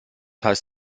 heißt